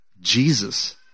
Jesus